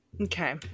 Okay